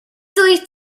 dwyt